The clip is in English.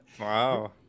wow